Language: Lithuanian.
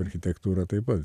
architektūra taip pat